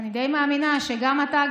אני די מאמינה שגם אתה,